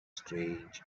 strange